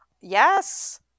yes